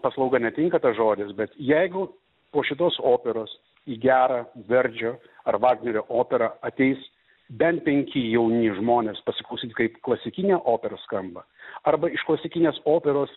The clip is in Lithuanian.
paslauga netinka tas žodis bet jeigu po šitos operos į gerą verdžio ar vagnerio operą ateis bent penki jauni žmonės pasiklausyt kaip klasikinė opera skamba arba iš klasikinės operos